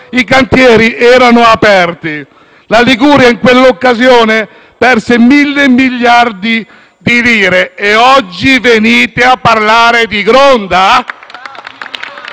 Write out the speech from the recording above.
i cantieri erano aperti. La Liguria, in quell'occasione, perse 1.000 miliardi di lire e oggi venite a parlare di Gronda?